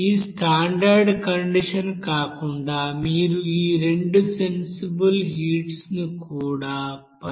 ఈ standard condition కాకుండా మీరు ఈ రెండు సెన్సిబుల్ హీట్స్ ను కూడా పరిగణించాలి